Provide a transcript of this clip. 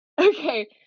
Okay